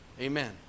Amen